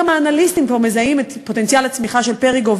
גם האנליסטים כבר מזהים את פוטנציאל הצמיחה של "פריגו"